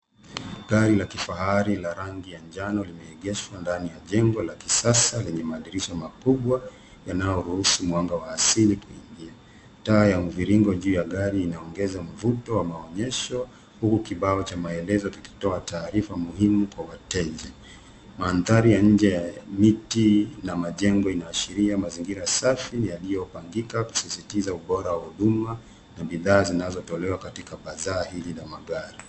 Gari la kifahari la rangi ya njano limeegeshwa ndani ya jengo la kisasa lenye madirisha makubwa yanayoruhusu mwanga wa asili kuingia. Taa ya mviringo juu ya gari inaongeza mvuto wa maonyesho huku kibao cha maelezo kikitoa taarifa muhimu kwa wateja. Mandhari ya nje ya miti na majengo inaashiria mazingira safi yaliyopangika kusisitiza ubora wa huduma na bidhaa zinazotolewa katika bazaa hili la magari.